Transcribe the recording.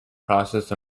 process